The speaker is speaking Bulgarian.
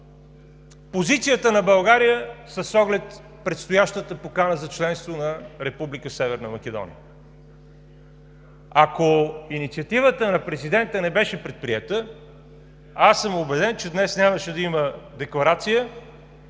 позицията на България с оглед предстоящата покана за членство на Република Северна Македония. Ако инициативата на президента не беше предприета, аз съм убеден, че днес нямаше да има декларация